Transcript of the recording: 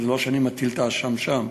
לא שאני מטיל את האשם בהם,